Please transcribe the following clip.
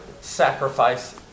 sacrifice